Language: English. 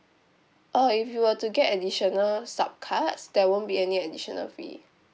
oh if you were to get additional sub cards there won't be any additional fee